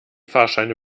fahrscheine